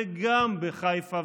וגם בחיפה,